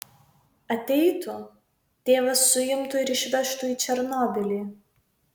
ateitų tėvas suimtų ir išvežtų į černobylį